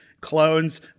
Clones